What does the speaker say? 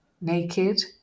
Naked